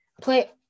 play